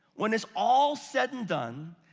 when it's all said and done,